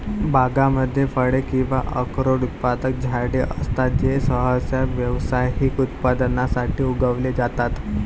बागांमध्ये फळे किंवा अक्रोड उत्पादक झाडे असतात जे सहसा व्यावसायिक उत्पादनासाठी उगवले जातात